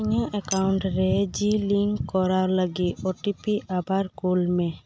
ᱤᱧᱟᱹᱜ ᱮᱠᱟᱣᱩᱱᱴ ᱨᱮ ᱡᱤ ᱞᱤᱝᱠ ᱠᱚᱨᱟᱣ ᱞᱟᱹᱜᱤᱫ ᱳ ᱴᱤ ᱯᱤ ᱟᱵᱟᱨ ᱠᱳᱞ ᱢᱮ